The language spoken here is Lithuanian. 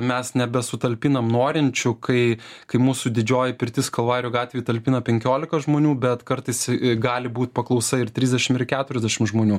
mes nebesutalpinam norinčių kai kai mūsų didžioji pirtis kalvarijų gatvėje talpina penkiolika žmonių bet kartais gali būt paklausa ir trisdešim ir keturiasdešim žmonių